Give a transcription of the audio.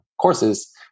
courses